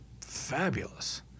fabulous